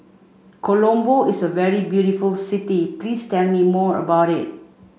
Colombo is a very beautiful city please tell me more about it